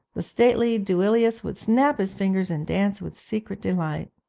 the stately duilius would snap his fingers and dance with secret delight.